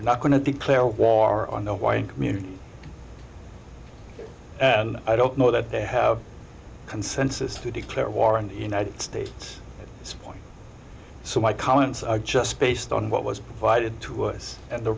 i'm not going to declare war on the white community i don't know that they have consensus to declare war and united states this point so my comments are just based on what was provided to us and the